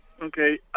Okay